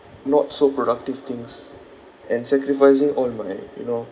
not so productive things and sacrificing on my you know